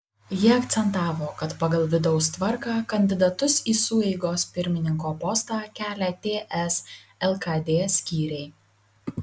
ji akcentavo kad pagal vidaus tvarką kandidatus į sueigos pirmininko postą kelia ts lkd skyriai